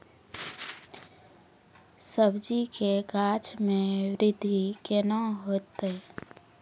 सब्जी के गाछ मे बृद्धि कैना होतै?